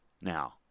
now